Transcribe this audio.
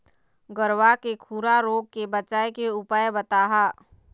गरवा के खुरा रोग के बचाए के उपाय बताहा?